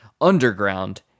Underground